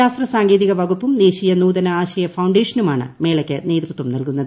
ശാസ്ത്ര സാങ്കേതിക വകുപ്പും ദേശീയ നൂതന ആശയ ഫൌണ്ടേഷനുമാണ് മേളയ്ക്ക് നേതൃത്വം നൽകുന്നത്